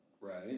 Right